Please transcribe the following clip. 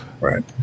right